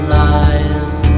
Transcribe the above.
lies